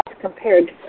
compared